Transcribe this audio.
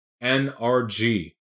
N-R-G